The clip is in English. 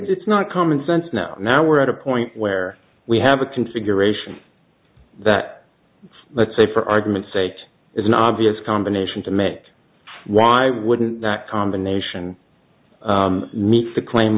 it's not common sense now now we're at a point where we have a configuration that let's say for argument's sake is an obvious combination to make why wouldn't that combination meet the claim